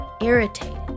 irritated